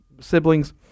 siblings